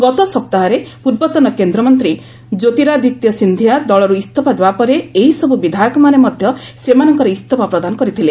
ଗତ ସପ୍ତାହରେ ପୂର୍ବତନ କେନ୍ଦ୍ରମନ୍ତୀ ଜ୍ୟୋତିରାଦିତ୍ୟ ସିନ୍ଧିଆ ଦଳର୍ ଇସଫା ଦେବାପରେ ଏହିସବ୍ ବିଧାୟକମାନେ ମଧ୍ୟ ସେମାନଙ୍କର ଇସ୍ତଫା ପ୍ରଦାନ କରିଥିଲେ